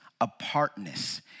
apartness